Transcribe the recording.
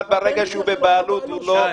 אבל ברגע שהוא בבעלות הוא מוגבל,